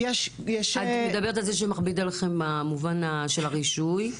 את מדברת על זה שזה מכביד עליכם במובן של הרישוי,